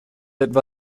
etwa